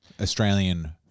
Australian